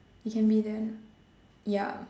you can be then yup